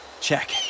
check